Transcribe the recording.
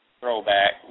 throwback